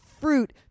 fruit